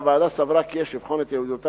והוועדה סברה כי יש לבחון את יעילותם